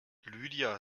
lydia